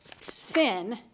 sin